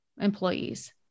employees